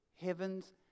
Heavens